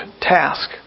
task